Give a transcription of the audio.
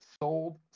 sold